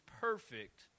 perfect